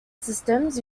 systems